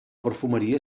perfumeria